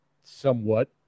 somewhat